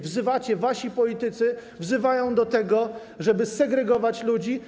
Wzywacie, wasi politycy wzywają do tego, żeby segregować ludzi.